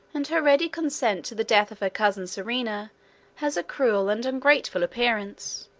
and her ready consent to the death of her cousin serena has a cruel and ungrateful appearance,